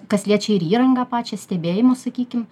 kas liečia ir įrangą pačią stebėjimų sakykim